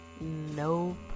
Nope